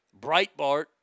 Breitbart